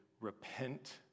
repent